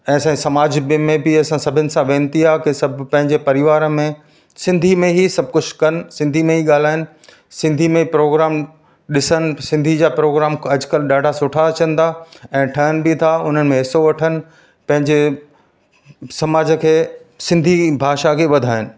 ऐं असांजे समाज में बि असां सभिनि सां वेनिती आहे की सभु पंहिंजे परिवार में सिंधी में ई सभु कुझु कनि सिंधी में ई ॻाल्हाइनि सिंधी में प्रोग्राम ॾिसण सिंधी जा प्रोग्राम अॼुकल्ह ॾाढा सुठा अचनि था ऐं ठहनि बि था उनमें हिस्सो वठनि पंहिंजे समाज खे सिंधी भाषा खे वधाइनि